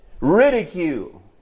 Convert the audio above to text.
ridicule